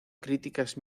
críticas